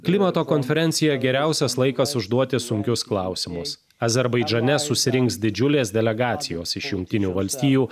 klimato konferencija geriausias laikas užduoti sunkius klausimus azerbaidžane susirinks didžiulės delegacijos iš jungtinių valstijų